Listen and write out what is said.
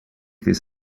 this